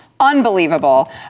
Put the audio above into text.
Unbelievable